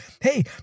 Hey